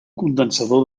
condensador